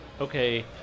okay